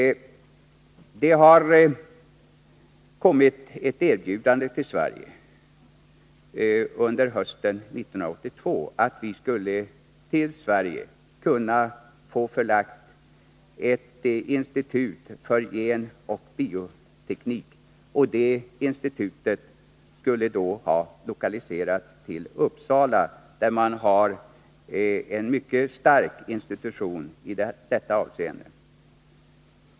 Det har kommit ett erbjudande till Sverige under hösten 1982, att vi till vårt land skulle kunna få förlagt ett institut för genoch bioteknik. Detta institut skulle då ha lokaliserats till Uppsala, där man har en mycket stark institution i detta avseende.